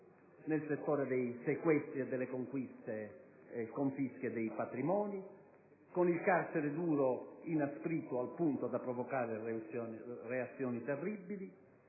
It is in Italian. nel settore dei sequestri e delle confische dei patrimoni, con il carcere duro inasprito al punto da provocare reazioni terribili,